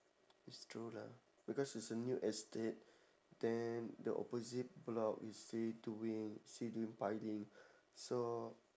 is true lah because it's a new estate then the opposite block is still doing still doing piling so